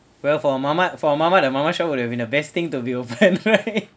well for a mamak for a mamak a mamak shop would have been the best thing to be open right